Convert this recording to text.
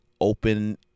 open